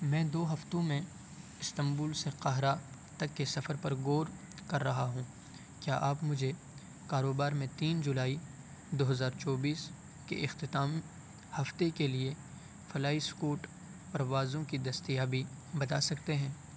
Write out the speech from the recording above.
میں دو ہفتوں میں استنبول سے قاہرہ تک کے سفر پر غور کر رہا ہوں کیا آپ مجھے کاروبار میں تین جولائی دو ہزار چوبیس کے اختتام ہفتہ کے لیے فلائی سکوٹ پروازوں کی دستیابی بتا سکتے ہیں